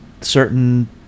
certain